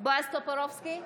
בועז טופורובסקי,